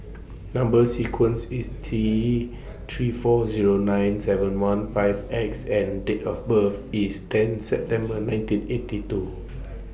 Number sequence IS T three four Zero nine seven one five X and Date of birth IS ten September nineteen eighty two